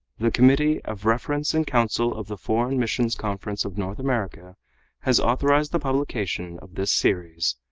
the committee of reference and counsel of the foreign missions conference of north america has authorized the publication of this series.